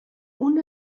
una